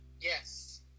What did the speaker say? Yes